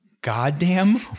Goddamn